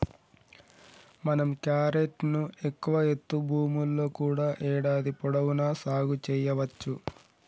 మనం క్యారెట్ ను ఎక్కువ ఎత్తు భూముల్లో కూడా ఏడాది పొడవునా సాగు సెయ్యవచ్చు